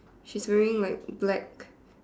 she's wearing like black